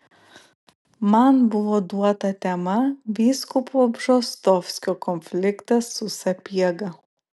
man buvo duota tema vyskupo bžostovskio konfliktas su sapiega